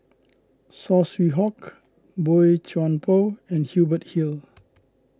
Saw Swee Hock Boey Chuan Poh and Hubert Hill